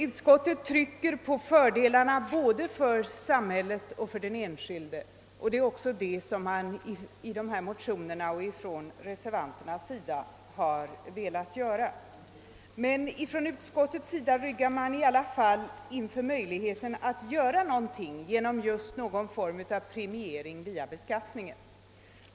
Utskottet trycker på fördelarna både för samhället och för den enskilde, och det har man också velat göra i motionerna och, reservationerna. Utskottet ryggar emellertid tillbaka inför möjligheten att åstadkomma någon form av premiering av sparandet via beskattning.